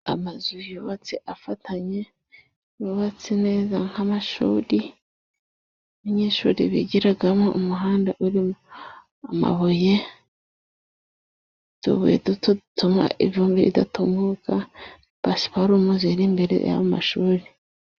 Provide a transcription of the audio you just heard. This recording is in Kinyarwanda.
Amazu yubatse afatanye bubatse neza nk'amashuri abanyeshuri bigiramo. Umuhanda urimo amabuye utubuye duto dutuma ivumbi ridatumuka, pasiparumu ziri imbere y'amashuri.